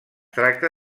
tracta